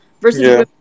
versus